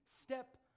step